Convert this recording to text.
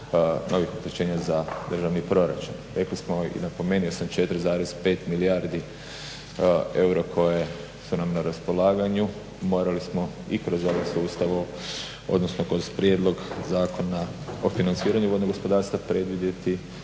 novih oštećenja za državni proračun. Rekli smo i napomenuo sam 4,5 milijardi eura koje su nam na raspolaganju morali smo i kroz ovlasti Ustavom odnosno kroz prijedlog zakona o financiranju vodnog gospodarstva predvidjeti